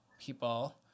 people